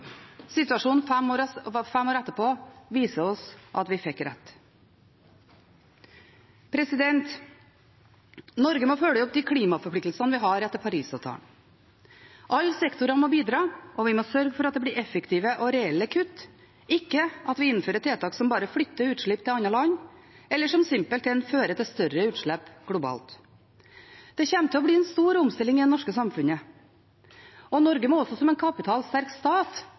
Situasjonen fem år etterpå viser at vi fikk rett. Norge må følge opp de klimaforpliktelsene vi har etter Parisavtalen. Alle sektorer må bidra, og vi må sørge for at det blir effektive og reelle kutt, ikke at vi innfører tiltak som bare flytter utslipp til andre land, eller som simpelthen fører til større utslipp globalt. Det kommer til å bli en stor omstilling i det norske samfunnet. Norge må også som en kapitalsterk stat